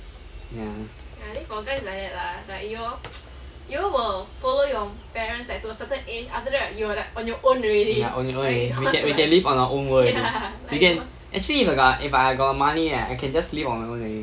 ya ya on your own already we can we can live on our own world already we can actually if I if I got money right I can just live on my own already